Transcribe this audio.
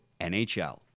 NHL